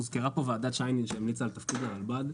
הוזכרה פה ועדת שיינין שהמליצה על תפקיד הרלב"ד.